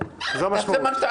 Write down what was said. זה מה שזה אומר.